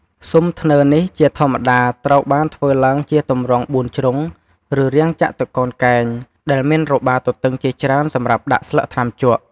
ស៊ុមធ្នើរនេះ ជាធម្មតាត្រូវបានធ្វើឡើងជាទម្រង់បួនជ្រុង ឬរាងចតុកោណកែង ដែលមានរបារទទឹងជាច្រើនសម្រាប់ដាក់ស្លឹកថ្នាំជក់។